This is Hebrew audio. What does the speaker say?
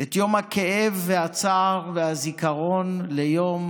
את יום הכאב והצער והזיכרון ליום